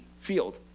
field